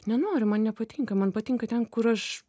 nenoriu man nepatinka man patinka ten kur aš